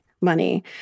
money